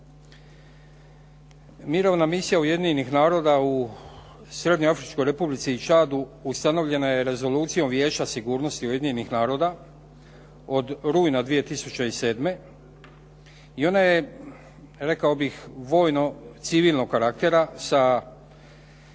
Mirovna misija Ujedinjenih naroda u Srednjeafričkoj Republici i Čadu ustanovljena je rezolucijom Vijeća sigurnosti Ujedinjenih naroda od rujna 2007. i ona je rekao bih vojno civilnog karaktera sa